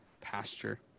pasture